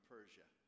Persia